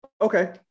Okay